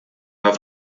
auf